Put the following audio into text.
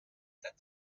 that